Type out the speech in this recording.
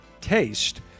taste